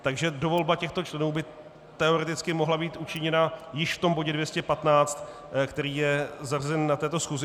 Takže dovolba těchto členů by teoreticky mohla být učiněna již v tom bodě 215, který je zařazen na této schůzi.